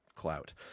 clout